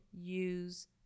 use